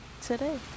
today